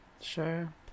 Sure